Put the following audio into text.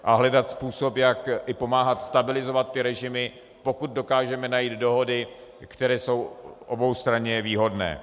A hledat způsob, jak i pomáhat stabilizovat ty režimy, pokud dokážeme najít dohody, které jsou oboustranně výhodné.